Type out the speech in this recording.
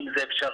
אם זה אפשרי.